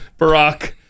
Barack